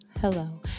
hello